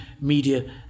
media